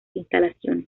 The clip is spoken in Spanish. instalaciones